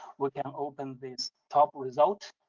we can open this top result,